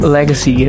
Legacy